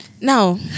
Now